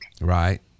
right